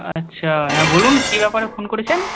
আচ্ছা হ্যাঁ বলুন কী ব্যাপারে ফোন করেছেন